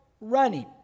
running